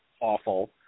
awful